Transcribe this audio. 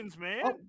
man